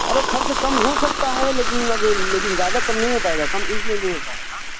ارے خرچ کم ہو سکتا ہے لیکن اب لیکن زیادہ کم نہیں ہو پائے گا کم اس لئے نہیں ہو پائے گا